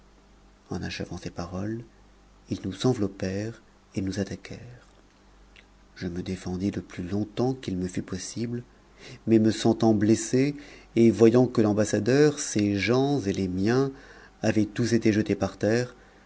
en achevant ces paroles ils nous enveloppèrent et nous attaquèrent je me défendis le plus longtemps qu'il me fut possible mais me sentant blessé et voyant que l'ambassadeur ses gens et les miens avaient tous été jetés par terre